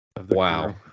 Wow